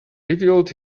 revealed